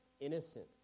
innocent